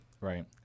right